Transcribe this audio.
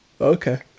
Okay